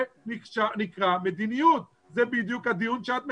זה נקרא מדיניות, זה בדיוק הדיון שאת מקיימת,